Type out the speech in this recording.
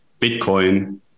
Bitcoin